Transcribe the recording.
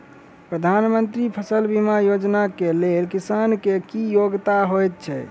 प्रधानमंत्री फसल बीमा योजना केँ लेल किसान केँ की योग्यता होइत छै?